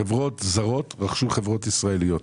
חברות זרות רכשו חברות ישראליות.